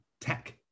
tech